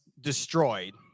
destroyed